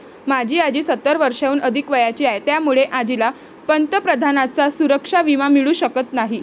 माझी आजी सत्तर वर्षांहून अधिक वयाची आहे, त्यामुळे आजीला पंतप्रधानांचा सुरक्षा विमा मिळू शकत नाही